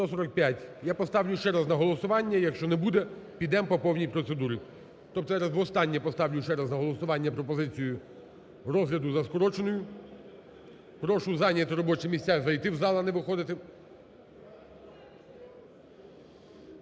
Я поставлю ще раз на голосування, якщо не буде підемо по повній процедурі, тобто, востаннє поставлю ще раз на голосування пропозицію розгляду за скороченою, прошу зайняти робочі місця, зайти в зал, а не виходити.